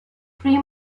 three